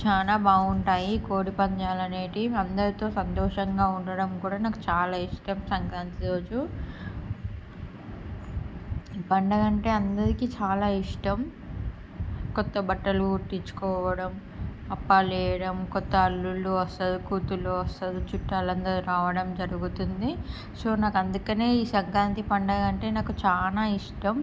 చానా బావుంటాయి కోడిపందాలు అనేటివి అందరితో సంతోషంగా ఉండడం కూడా నాకు చాలా ఇష్టం సంక్రాంతి రోజు ఈ పండుగ అంటే అందరికీ చాలా ఇష్టం కొత్త బట్టలు కుట్టించుకోవడం అప్పాలు వేయడం కొత్త అల్లుళ్ళు వస్తారు కూతుర్లు వస్తారు చుట్టాలు అందరూ రావడం జరుగుతుంది సో నాకు అందుకనే ఈ సంక్రాంతి పండగ అంటే నాకు చాలా ఇష్టం